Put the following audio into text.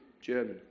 German